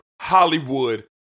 Hollywood